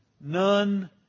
None